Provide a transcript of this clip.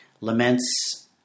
laments